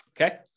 okay